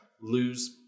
lose